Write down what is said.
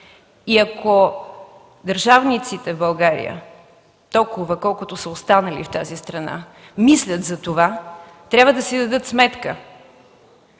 И ако държавниците в България, колкото са останали в тази страна, мислят за това, трябва да си дадат сметка,